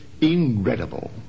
incredible